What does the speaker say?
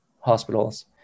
hospitals